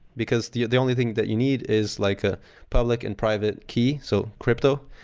because the the only thing that you need is like a public and private key, so crypto,